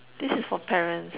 this is for parents